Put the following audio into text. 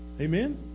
Amen